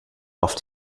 auf